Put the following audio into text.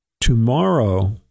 tomorrow